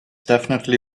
definitely